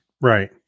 Right